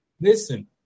Listen